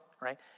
right